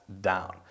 down